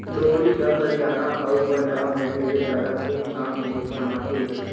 लोहड़ी ल हरियाना अउ पंजाब में ढेरे जादा धूमधाम ले मनाथें